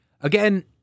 Again